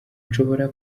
nshobora